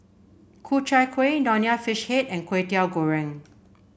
Ku Chai Kueh Nonya Fish Head and Kwetiau Goreng